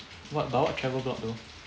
what but what travel blog though